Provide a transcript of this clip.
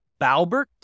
Balbert